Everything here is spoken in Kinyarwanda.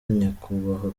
nyakubahwa